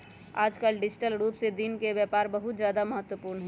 आजकल डिजिटल रूप से दिन के व्यापार बहुत ज्यादा महत्वपूर्ण हई